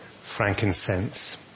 frankincense